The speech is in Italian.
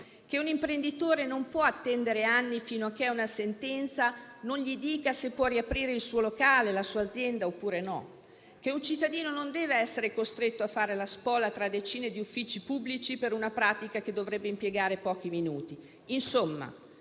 un imprenditore non può attendere anni che una sentenza gli dica se può riaprire o meno il suo locale o la sua azienda; un cittadino non dev'essere costretto a fare la spola tra decine di uffici pubblici per una pratica che dovrebbe essere sbrigata in pochi minuti. Insomma,